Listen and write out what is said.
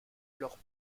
alors